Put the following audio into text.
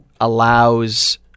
allows